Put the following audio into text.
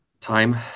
Time